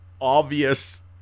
obvious